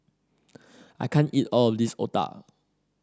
I can't eat all of this otah